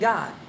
God